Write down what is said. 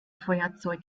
feuerzeug